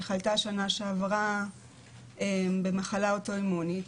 היא חלתה בשנה שעברה במחלה אוטואימונית,